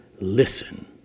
listen